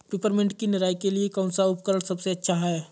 Peppermint की निराई के लिए कौन सा उपकरण सबसे अच्छा है?